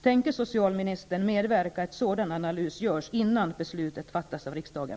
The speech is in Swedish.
Tänker socialministern medverka till att en sådan analys görs innan beslutet fattas av riksdagen?